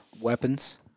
weapons